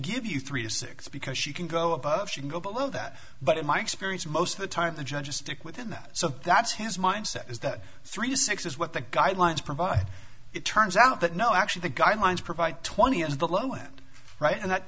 give you three to six because she can go above should go below that but in my experience most of the time the judges stick within that so that's his mindset is that three to six is what the guidelines provide it turns out that no actually the guidelines provide twenty and the low end right and that